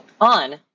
on